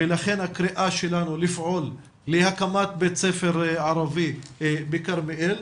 ולכן הקריאה שלנו לפעול להקמת בית ספר ערבי בכרמיאל.